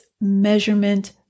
measurement